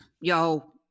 Yo